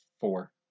four